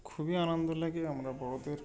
খুবই আনন্দ লাগে আমরা বড়দের